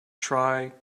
try